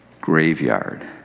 graveyard